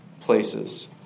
places